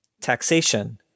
taxation